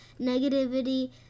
negativity